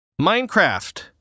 minecraft